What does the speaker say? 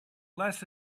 less